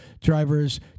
drivers